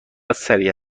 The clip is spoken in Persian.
سریع